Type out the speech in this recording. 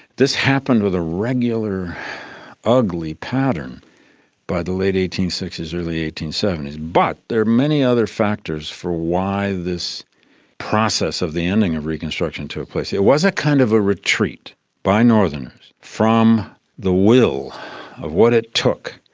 this happened with a regular ugly pattern by the late eighteen sixty s, early eighteen seventy s. but there are many other factors for why this process of the ending of reconstruction took place. it it was a kind of a retreat by northerners from the will of what it took.